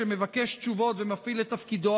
שמבקש תשובות ומפעיל את תפקידו,